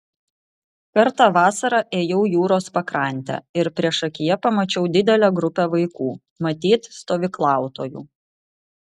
kartą vasarą ėjau jūros pakrante ir priešakyje pamačiau didelę grupę vaikų matyt stovyklautojų